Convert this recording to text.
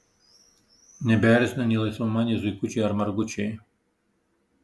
nebeerzina nė laisvamaniai zuikučiai ar margučiai